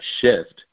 shift